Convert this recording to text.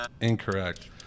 Incorrect